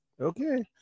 okay